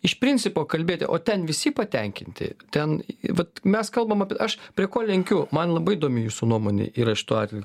iš principo kalbėti o ten visi patenkinti ten vat mes kalbam apie aš prie ko lenkiu man labai įdomi jūsų nuomonė yra šituo atveju